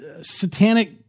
Satanic